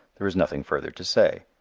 there is nothing further to say.